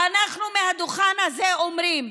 ואנחנו מהדוכן הזה אומרים: